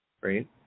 right